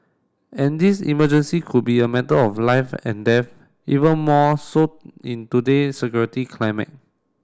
and this emergency could be a matter of life and death even more so in today security climate